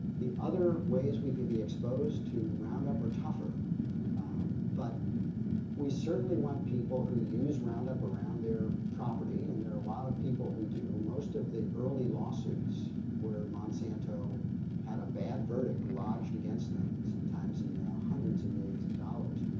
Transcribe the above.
the other ways we can be exposed roundup are tougher but we certainly want people who use roundup around their property and there are a lot of people who do, most of the early lawsuits where monsanto had a bad verdict lodged against them, sometimes in the hundreds of millions of dollars,